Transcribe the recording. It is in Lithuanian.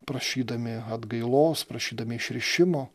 prašydami atgailos prašydami išrišimo